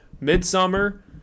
Midsummer